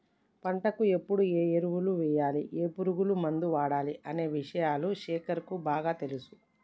పంటకు ఎప్పుడు ఏ ఎరువులు వేయాలి ఏ పురుగు మందు వాడాలి అనే విషయాలు శేఖర్ కు బాగా తెలుసు